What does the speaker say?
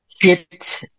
hit